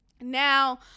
Now